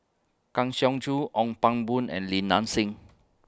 Kang Siong Joo Ong Pang Boon and Li Nanxing